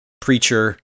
Preacher